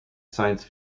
science